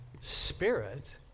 spirit